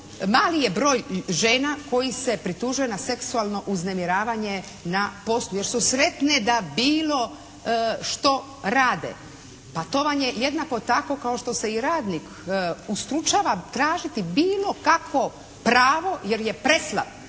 mali je broj žena koji se pritužio na seksualno uznemiravanje na poslu jer su sretne da bilo što rade. Pa to vam je jednako tako kao što se radnik ustručava tražiti bilo kakvo pravo jer je preslab